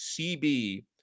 CB